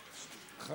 בבקשה.